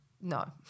no